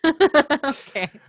Okay